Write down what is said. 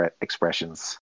expressions